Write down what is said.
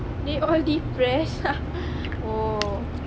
they all depressed oh